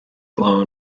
flow